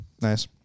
Nice